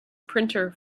printer